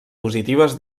positives